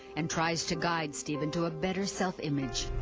and tries to guide steven to a better self-image.